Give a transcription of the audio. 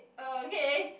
uh okay